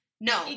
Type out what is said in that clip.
No